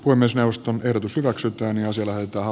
uimisjaoston ehdotus hyväksytään ja selän taa